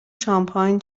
شامپاین